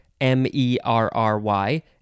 m-e-r-r-y